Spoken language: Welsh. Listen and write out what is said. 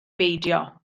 beidio